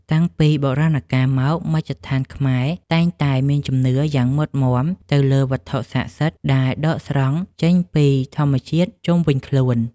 តាំងពីបុរាណកាលមកមជ្ឈដ្ឋានខ្មែរតែងតែមានជំនឿយ៉ាងមុតមាំទៅលើវត្ថុស័ក្តិសិទ្ធិដែលដកស្រង់ចេញពីធម្មជាតិជុំវិញខ្លួន។